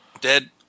dead